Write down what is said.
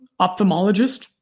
ophthalmologist